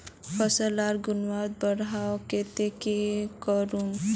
फसल लार गुणवत्ता बढ़वार केते की करूम?